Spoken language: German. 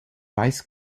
weiß